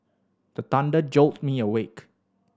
the thunder jolt me awake